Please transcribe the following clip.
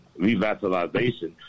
revitalization